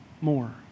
more